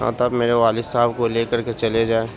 ہاں تب میرے والد صاحب کو لے کر کے چلے جائیں